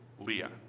Leah